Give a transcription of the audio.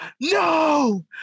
No